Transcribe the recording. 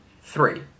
three